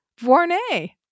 Vornay